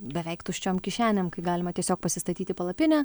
beveik tuščiom kišenėm kai galima tiesiog pasistatyti palapinę